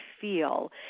feel